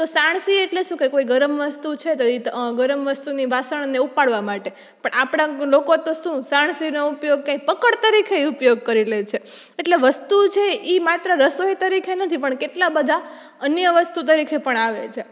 તો સાણસી એટલે શું કે કોઈ ગરમ વસ્તુ છે તો ઈતો ગરમ વસ્તુની વાસણને ઉપાડવા માટે પણ આપણા લોકો તો શું સાણસીનો ઉપયોગ પકડ તરીકે ઉપયોગ કરી લેછે એટલે વસ્તુ છે ઈ માત્ર રસોઈ તરીકે નથી પણ કેટલા બધા અન્ય વસ્તુ તરીકે પણ આવે છે